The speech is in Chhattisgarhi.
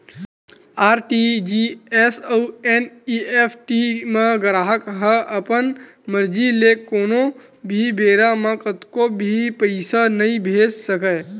आर.टी.जी.एस अउ एन.इ.एफ.टी म गराहक ह अपन मरजी ले कोनो भी बेरा म कतको भी पइसा नइ भेज सकय